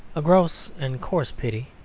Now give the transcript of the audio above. a gross and coarse pity.